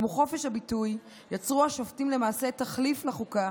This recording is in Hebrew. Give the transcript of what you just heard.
כמו חופש הביטוי, יצרו השופטים למעשה תחליף לחוקה,